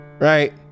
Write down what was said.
Right